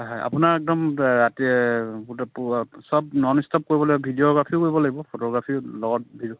হয় হয় আপোনাৰ এদকম ৰাতি গোটেই পুৱা চব নন ষ্টপ কৰিব লাগিব ভিডি'অগ্ৰাফীও কৰিব লাগিব ফটোগ্ৰাফীৰ লগত ভিডিঅ'